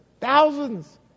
thousands